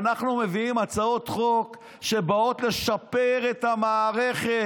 אנחנו מביאים הצעות חוק שבאות לשפר את המערכת,